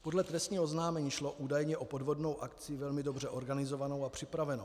Podle trestního oznámení šlo údajně o podvodnou akci velmi dobře organizovanou a připravenou.